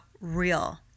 real